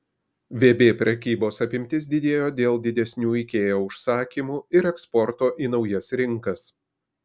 vb prekybos apimtis didėjo dėl didesnių ikea užsakymų ir eksporto į naujas rinkas